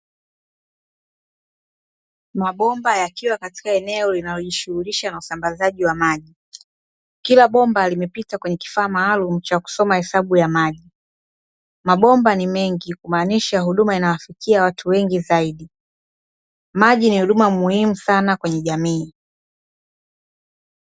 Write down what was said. Mabomba yakiwa katika eneo linalojishughulisha na usambazaji wa maji. Kila bomba limepita kwenye kifaa maalumu cha kusoma hesabu ya maji. Mabomba ni mengi, ikimaanisha huduma inawafikia watu wengi zaidi. Maji ni huduma muhimu sana kwenye jamii.